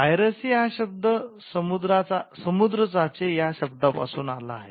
piracy हा शब्द समुद्रचाचे या शब्दा पासून आला आहे